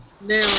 Now